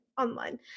online